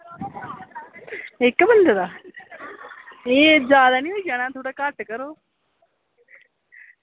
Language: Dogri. इक्क बंदे दा एह् जादै निं होई जाना थोह्ड़ा घट्ट करो